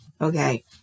okay